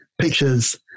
pictures